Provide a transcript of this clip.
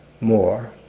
more